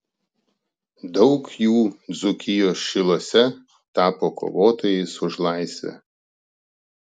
daug jų dzūkijos šiluose tapo kovotojais už laisvę